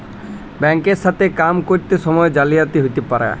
bank এর কাজ কাম ক্যরত সময়ে জালিয়াতি হ্যতে পারে